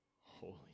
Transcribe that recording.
Holy